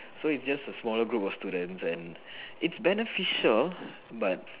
so it's just a smaller group of students and it's beneficial but